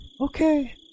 okay